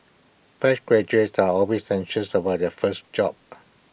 fresh graduates are always anxious about their first job